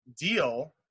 deal